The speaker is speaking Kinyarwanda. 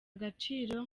agaciro